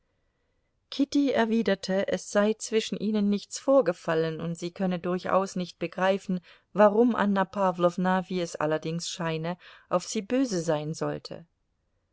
kitty erwiderte es sei zwischen ihnen nichts vorgefallen und sie könne durchaus nicht begreifen warum anna pawlowna wie es allerdings scheine auf sie böse sein sollte